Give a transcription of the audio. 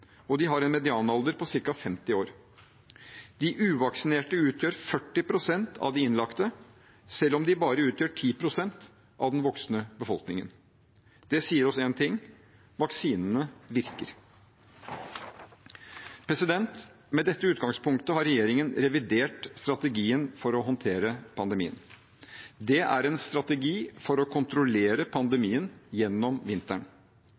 og de har en medianalder på ca. 50 år. De uvaksinerte utgjør 40 pst av de innlagte, selv om de bare utgjør 10 pst av den voksne befolkningen. Dette sier oss én ting: Vaksinene virker. Med dette utgangspunktet har regjeringen revidert strategien for å håndtere pandemien. Det er en strategi for å kontrollere pandemien gjennom vinteren.